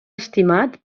estimat